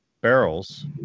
barrels